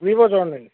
Vivo చూడనులేండి